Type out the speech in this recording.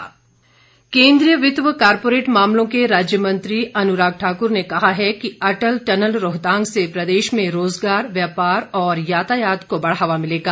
अनुराग ठाकुर केन्द्रीय वित्त व कॉरपोरेट मामलों के राज्य मंत्री अनुराग ठाकुर ने कहा है कि अटल टनल रोहतांग से प्रदेश में रोजगार व्यापार और यातायात को बढ़ावा मिलेगा